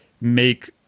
make